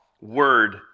word